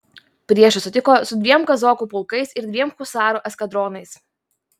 priešą sutiko su dviem kazokų pulkais ir dviem husarų eskadronais